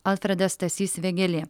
alfredas stasys vėgėlė